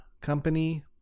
company